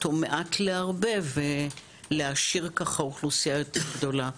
או מעט להרבה ולהשאיר ככה אוכלוסייה יותר גדולה.